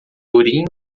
urim